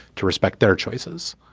to respect their choices,